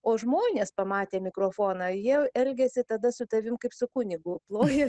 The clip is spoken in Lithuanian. o žmonės pamatę mikrofoną jie elgiasi tada su tavim kaip su kunigu ploja